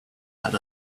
had